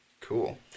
Cool